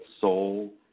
soul